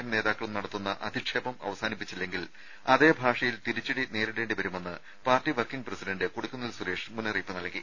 M നേതാക്കളും നടത്തുന്ന അധിക്ഷേപം അവസാനിപ്പിച്ചില്ലെങ്കിൽ അതേ ഭാഷയിൽ തിരിച്ചടി നേരിടേണ്ടി വരുമെന്ന് party working president Kodikunnil Suresh മുന്നറിയിപ്പ് നൽകി